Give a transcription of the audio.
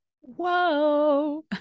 Whoa